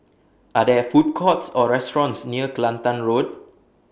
Are There Food Courts Or restaurants near Kelantan Road